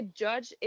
judge